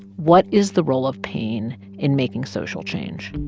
what is the role of pain in making social change?